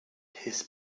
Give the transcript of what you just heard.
his